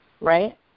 right